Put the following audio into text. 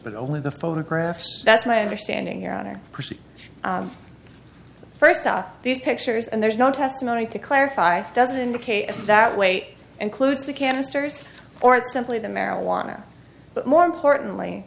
but only the photographs that's my understanding your honor first off these pictures and there's no testimony to clarify doesn't indicate that weight includes the canisters or simply the marijuana but more importantly